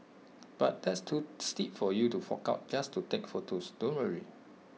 but that's too steep for you to fork out just to take photos don't worry